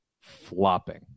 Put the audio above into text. flopping